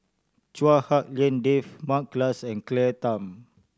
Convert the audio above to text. Chua Hak Lien Dave Mary Klass and Claire Tham